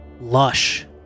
Lush